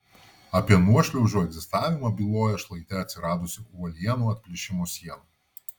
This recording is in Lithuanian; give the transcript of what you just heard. apie nuošliaužų egzistavimą byloja šlaite atsiradusi uolienų atplyšimo siena